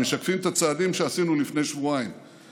הם משקפים את הצעדים שעשינו לפני שבועיים,